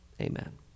Amen